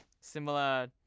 similar